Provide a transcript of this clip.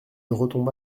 retomba